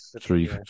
Three